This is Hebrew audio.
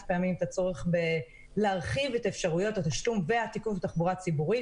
פעמים את הצורך להרחיב את אפשרויות התשלום והתיקוף בתחבורה הציבורית.